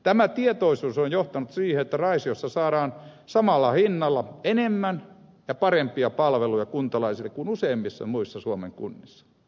tämä tietoisuus on johtanut siihen että raisiossa saadaan samalla hinnalla enemmän ja parempia palveluja kuntalaisille kuin useimmissa muissa suomen kunnissa